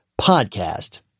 podcast